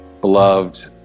beloved